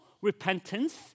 repentance